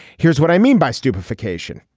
here's what i mean by stupid vacation.